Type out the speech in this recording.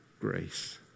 grace